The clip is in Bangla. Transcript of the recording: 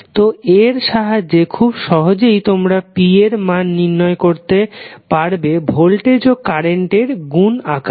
তো এর সাহায্যে খুব সহজেই তোমরা p এর মান নির্ণয় করতে পারবে ভোল্টেজ ও কারেন্ট এর গুন আকারে